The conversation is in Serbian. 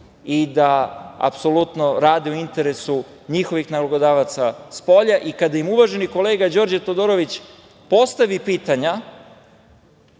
i da apsolutno rade u interesu njihovih nalogodavaca spolja. Kada ima uvaženi kolega Đorđe Todorović postavi pitanja,